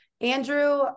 Andrew